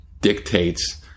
dictates